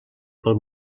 pel